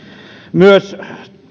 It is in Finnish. myös